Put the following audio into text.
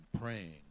praying